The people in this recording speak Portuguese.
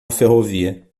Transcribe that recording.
ferrovia